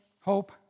hope